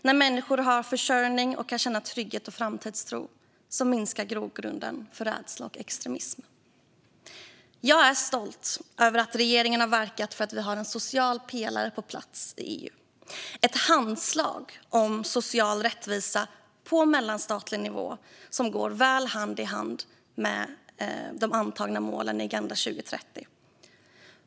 När människor har försörjning och kan känna trygghet och framtidstro minskar grogrunden för rädsla och extremism. Jag är stolt över att regeringen har verkat för att vi har en social pelare på plats i EU - ett handslag om social rättvisa på mellanstatlig nivå som går väl hand i hand med de antagna målen i Agenda 2030.